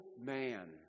man